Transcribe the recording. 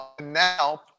now